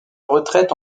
retraite